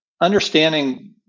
understanding